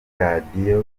radiyo